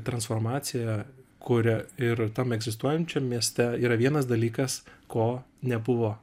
transformaciją kuria ir tam egzistuojančiam mieste yra vienas dalykas ko nebuvo